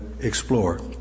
explore